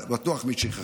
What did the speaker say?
בטוח משכחה.